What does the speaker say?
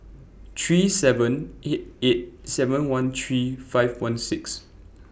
three seven eight eight seven one three five one six